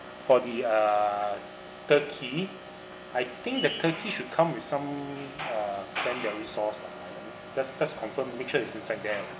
for the uh turkey I think the turkey should come with some uh cranberry sauce lah just just confirm make sure it's inside there lah